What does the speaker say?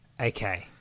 Okay